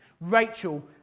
Rachel